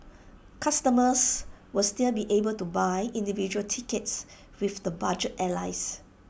customers will still be able to buy individual tickets with the budget airlines